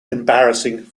embarrassing